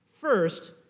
First